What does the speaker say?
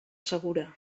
segura